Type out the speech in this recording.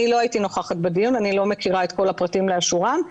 אני לא הייתי נוכחת בדיון ולא מכירה את כל הפרטים לאשורם,